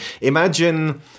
Imagine